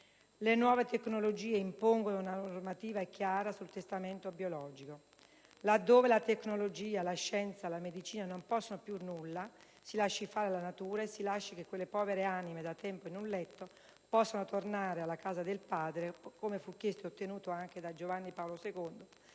Le nuove tecnologie impongono una normativa chiara sul testamento biologico; laddove la tecnologia, la scienza e la medicina non possono più nulla, si lasci fare alla natura e si lasci che quelle povere anime, da tempo in un letto, possano "tornare alla casa del Padre", come fu chiesto ed ottenuto anche da Papa Giovanni Paolo II